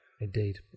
Indeed